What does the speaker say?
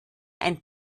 ein